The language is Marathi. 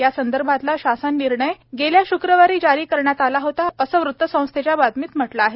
यासंदर्भातला शासन निर्णय गेल्या श्क्रवारी जारी करण्यात आला होता असं वृतसंस्थेच्या बातमीत म्हटलं आहे